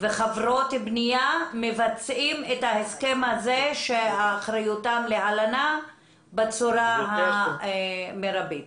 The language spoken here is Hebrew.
וחברות הבנייה מבצעים את ההסכם הזה שאחריותם להלין בצורה המרבית.